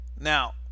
Now